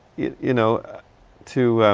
you, you know to